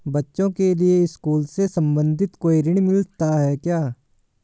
बच्चों के लिए स्कूल से संबंधित कोई ऋण मिलता है क्या?